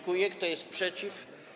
Kto jest przeciw?